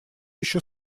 еще